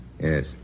Yes